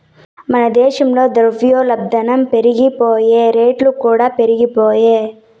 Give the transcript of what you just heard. మన దేశంల ద్రవ్యోల్బనం పెరిగిపాయె, రేట్లుకూడా పెరిగిపాయె